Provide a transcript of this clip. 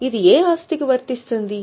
ఇది ఏ ఆస్తికి వర్తిస్తుంది